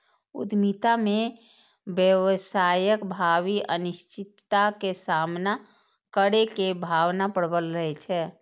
उद्यमिता मे व्यवसायक भावी अनिश्चितता के सामना करै के भावना प्रबल रहै छै